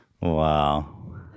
Wow